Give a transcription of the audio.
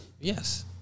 Yes